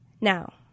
Now